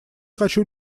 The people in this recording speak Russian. хочу